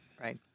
Right